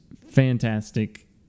fantastic